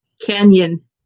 canyon